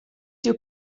dyw